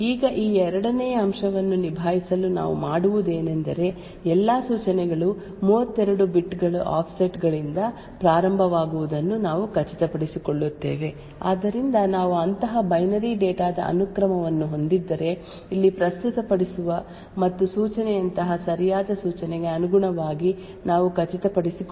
ಈಗ ಈ ಎರಡನೇ ಅಂಶವನ್ನು ನಿಭಾಯಿಸಲು ನಾವು ಮಾಡುವುದೇನೆಂದರೆ ಎಲ್ಲಾ ಸೂಚನೆಗಳು 32 ಬೈಟ್ ಆಫ್ಸೆಟ್ ಗಳಿಂದ ಪ್ರಾರಂಭವಾಗುವುದನ್ನು ನಾವು ಖಚಿತಪಡಿಸಿಕೊಳ್ಳುತ್ತೇವೆ ಆದ್ದರಿಂದ ನಾವು ಅಂತಹ ಬೈನರಿ ಡೇಟಾ ದ ಅನುಕ್ರಮವನ್ನು ಹೊಂದಿದ್ದರೆ ಇಲ್ಲಿ ಪ್ರಸ್ತುತಪಡಿಸುವ ಮತ್ತು ಸೂಚನೆಯಂತಹ ಸರಿಯಾದ ಸೂಚನೆಗೆ ಅನುಗುಣವಾಗಿ ನಾವು ಖಚಿತಪಡಿಸಿಕೊಳ್ಳುತ್ತೇವೆ